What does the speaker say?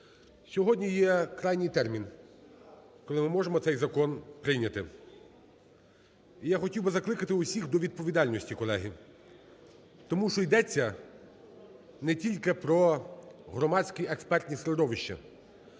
Сьогодні є крайній термін, коли ми можемо цей закон прийняти. І я хотів би закликати всіх до відповідальності, колеги. Тому що йдеться не тільки про громадське експертне середовище,